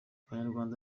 abanyarwanda